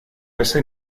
ese